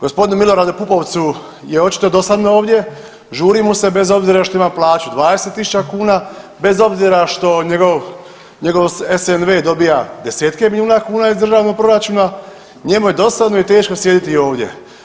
Gospodinu Miloradu Pupovcu je očito dosadno ovdje, žuri mu se bez obzira što ima plaću 20.000 kuna, bez obzira što njegov, njegov SNV dobija desetke milijuna kuna iz državnog proračuna, njemu je dosadno i teško sjediti ovdje.